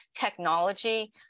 technology